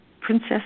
princess